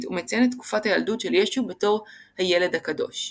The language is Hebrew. ומציין את תקופת הילדות של ישו בתור "הילד הקדוש".